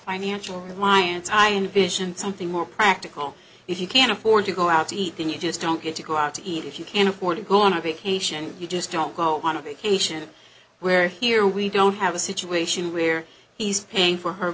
financial reliance i envision something more practical if you can afford to go out to eat then you just don't get to go out to eat if you can afford to go on a vacation you just don't go on a vacation where here we don't have a situation where he's paying for her